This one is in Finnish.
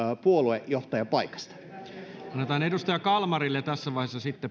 puoluejohtajan paikasta annetaan puheenvuoro edustaja kalmarille tässä vaiheessa sitten